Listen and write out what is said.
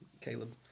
Caleb